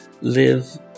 live